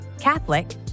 Catholic